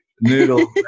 noodle